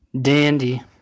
Dandy